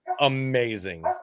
amazing